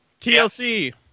TLC